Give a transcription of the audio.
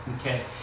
Okay